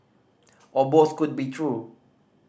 or both could be true